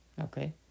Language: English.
Okay